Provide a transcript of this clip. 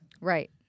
Right